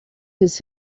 his